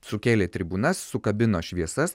sukėlė tribūnas sukabino šviesas